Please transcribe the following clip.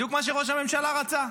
בדיוק מה שראש הממשלה רצה.